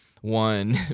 One